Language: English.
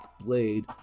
blade